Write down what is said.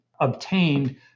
obtained